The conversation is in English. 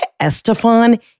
Estefan